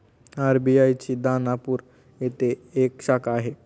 RBI ची दानापूर येथे एक शाखा आहे